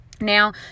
Now